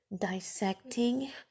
dissecting